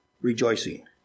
rejoicing